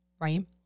right